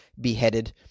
beheaded